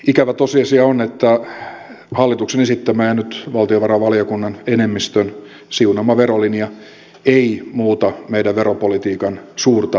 ikävä tosiasia on että hallituksen esittämä ja nyt valtiovarainvaliokunnan enemmistön siunaama verolinja ei muuta meidän veropolitiikan suurta ongelmaa